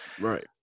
Right